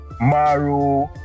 Maru